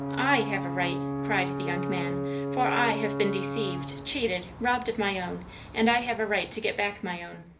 i have a right, cried the young man for i have been deceived, cheated, robbed of my own and i have a right to get back my own.